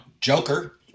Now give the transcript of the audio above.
Joker